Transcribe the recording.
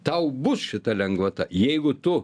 tau bus šita lengvata jeigu tu